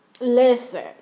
Listen